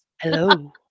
Hello